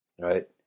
Right